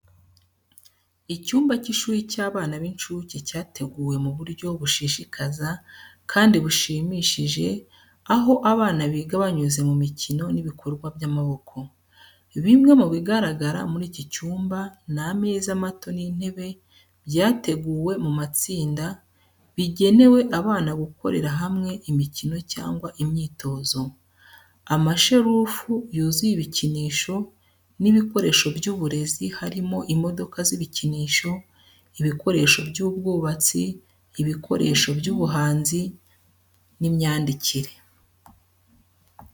Icyumba cy’ishuri cy’abana b’incuke cyateguwe mu buryo bushishikaza kandi bushimishije, aho abana biga banyuze mu mikino n’ibikorwa by’amaboko. Bimwe bigaragara muri iki cyumba, ni ameza mato n’intebe byateguwe mu matsinda, bigenewe abana gukorera hamwe imikino cyangwa imyitozo. Amashelufu yuzuye ibikinisho n’ibikoresho by’uburezi, harimo imodoka z’ibikinisho, ibikoresho by’ubwubatsi, ibikoresho by’ubuhanzi n’imyandikire.